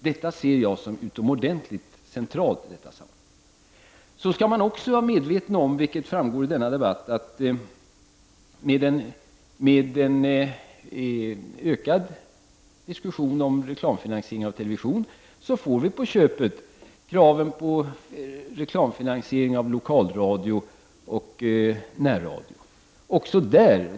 Detta ser jag som utomordentligt centralt i detta sammanhang. Man skall också vara medveten om, vilket framgår av denna debatt, att vi med en ökad diskussion om reklamfinansiering av television på köpet får kraven på reklamfinansiering av lokalradio och närradio.